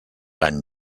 any